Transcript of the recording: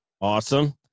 Awesome